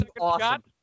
awesome